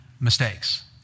mistakes